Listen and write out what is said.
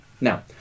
Now